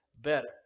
Better